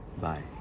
bye